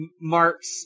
Mark's